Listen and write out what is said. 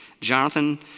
Jonathan